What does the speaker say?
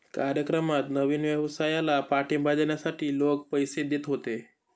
कार्यक्रमात नवीन व्यवसायाला पाठिंबा देण्यासाठी लोक पैसे देत होते